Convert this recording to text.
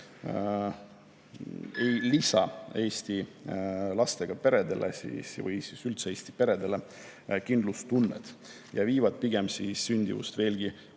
ei lisa Eesti lastega peredele või üldse Eesti peredele kindlustunnet ja viivad sündimust veelgi